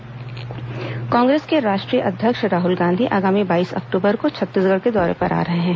राहुल गांधी दौरा कांग्रेस के राष्ट्रीय अध्यक्ष राहुल गांधी आगामी बाईस अक्टूबर को छत्तीसगढ़ के दौरे पर आ रहे हैं